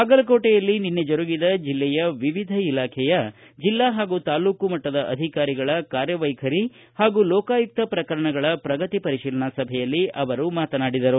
ಬಾಗಲಕೋಟೆಯಲ್ಲಿ ನಿನ್ನೆ ಜರುಗಿದ ಜಿಲ್ಲೆಯ ವಿವಿಧ ಇಲಾಖೆಯ ಜಿಲ್ಲಾ ಹಾಗೂ ತಾಲೂಕ ಮಟ್ಟದ ಅಧಿಕಾರಿಗಳ ಕಾರ್ಯವೈಖರಿ ಹಾಗೂ ಲೋಕಾಯುಕ್ತ ಪ್ರಕರಣಗಳ ಪ್ರಗತಿ ಪರಿಶೀಲನಾ ಸಭೆಯಲ್ಲಿ ಅವರು ಮಾತನಾಡಿದರು